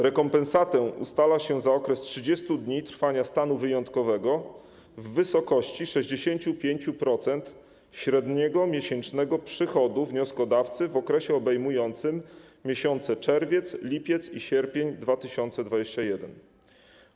Rekompensatę ustala się za okres 30 dni trwania stanu wyjątkowego w wysokości 65% średniego miesięcznego przychodu wnioskodawcy w okresie obejmującym miesiące: czerwiec, lipiec i sierpień 2021 r.